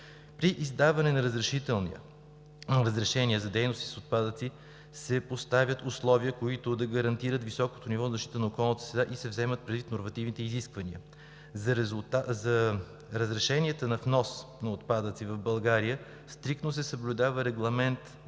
При издаване на разрешения за дейности с отпадъци се поставят условия, които да гарантират високо ниво на защита на околната среда, и се вземат предвид нормативните изисквания. За разрешаване на внос на отпадъци в България стриктно се съблюдава Регламент (ЕО)